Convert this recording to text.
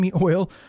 oil